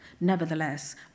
Nevertheless